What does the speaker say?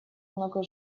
много